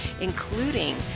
including